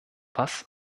was